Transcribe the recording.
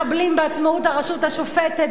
מחבלים בעצמאות הרשות השופטת,